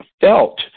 Felt